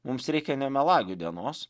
mums reikia ne melagių dienos